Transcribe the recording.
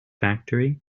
factory